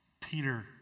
Peter